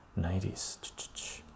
90s